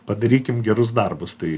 padarykim gerus darbus tai